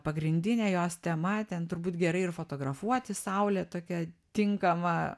pagrindinė jos tema ten turbūt gerai ir fotografuoti saulė tokia tinkama